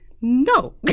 no